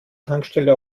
tankstelle